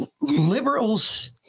liberals